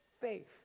faith